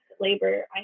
labor